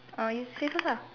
oh you say first lah